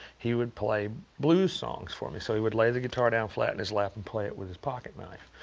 he would play blues songs for me. so he would lay the guitar down flat in and his lap and play it with his pocket knife.